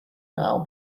now